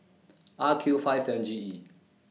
R Q five seven G E